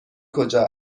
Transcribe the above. کجا